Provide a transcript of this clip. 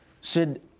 Sid